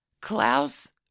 Klaus